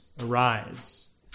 arise